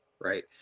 Right